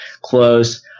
close